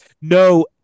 no